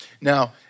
Now